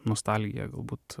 nostalgija galbūt